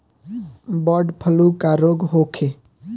Bird flu का रोग होखे?